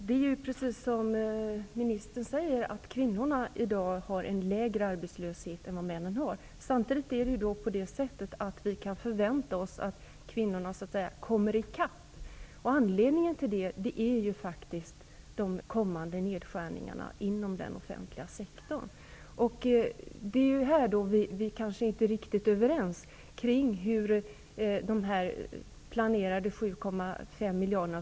Herr talman! Precis som ministern säger har kvinnorna i dag en lägre arbetslöshet än männen. Samtidigt kan vi förvänta oss att kvinnorna kommer i kapp. Anledningen är faktiskt de kommande nedskärningarna inom den offentliga sektorn. Regeringen planerar att dra in 7,5 miljarder.